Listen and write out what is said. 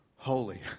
Holy